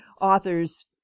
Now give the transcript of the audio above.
authors